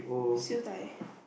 siew dai